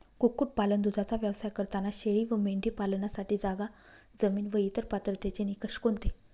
कुक्कुटपालन, दूधाचा व्यवसाय करताना शेळी व मेंढी पालनासाठी जागा, जमीन व इतर पात्रतेचे निकष कोणते?